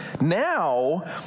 Now